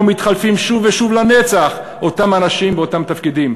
מתחלפים שוב ושוב לנצח אותם אנשים באותם תפקידים,